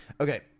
Okay